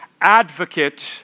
advocate